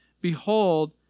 Behold